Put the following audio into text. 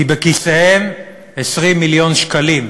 כי בכיסיהם 20 מיליון שקלים,